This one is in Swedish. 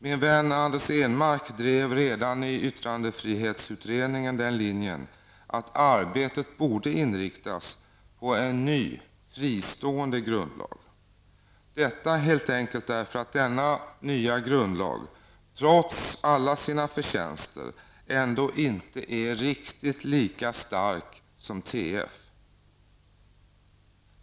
Min vän Anders Ehnmark drev redan i yttrandefrihetsutredningen den linjen att arbetet borde inriktas på en ny, fristående grundlag, detta helt enkelt därför att denna nya grundlag, trots alla sina förtjänster, ändå inte är riktigt lika stark som TF.